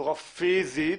בצורה פיזית,